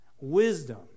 Wisdom